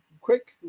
quick